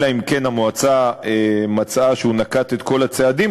אלא אם כן המועצה מצאה שהוא נקט את כל הצעדים